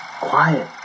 Quiet